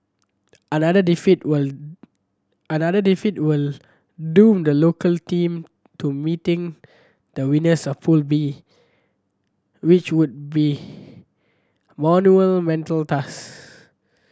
another defeat will another defeat will doom the local team to meeting the winners of Pool B which would be monumental